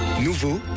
Nouveau